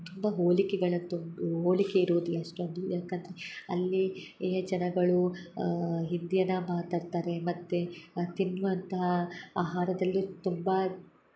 ತುಂಬ ಹೋಲಿಕೆಗಳಂತು ಹೋಲಿಕೆ ಇರುವುದಿಲ್ಲ ಅಷ್ಟೊಂದು ಯಾಕಂದರೆ ಅಲ್ಲಿಯ ಜನಗಳು ಹಿಂದಿಯನ್ನು ಮಾತಾಡ್ತಾರೆ ಮತ್ತು ತಿನ್ನುವಂತಹ ಆಹಾರದಲ್ಲಿ ತುಂಬ